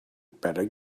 better